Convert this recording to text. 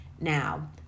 Now